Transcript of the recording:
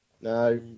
No